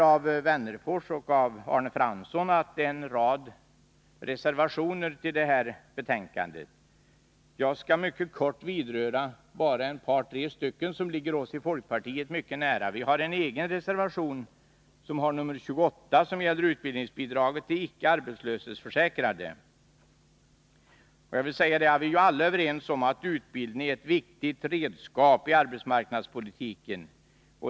Alf Wennerfors och Arne Fransson har nämnt att det finns en rad reservationer vid det här betänkandet. Jag skall i korthet beröra ett par tre stycken som ligger oss i folkpartiet mycket nära. Vi har en egen reservation, nr 28, som gäller utbildningsbidraget till icke-arbetslöshetsförsäkrade. Vi är ju alla överens om att utbildning är ett viktigt redskap i arbetsmarknadspolitiken.